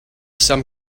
some